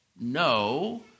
no